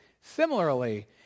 Similarly